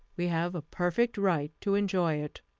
we have a perfect right to enjoy it.